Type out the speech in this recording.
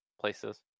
places